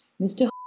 Mr